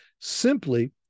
simply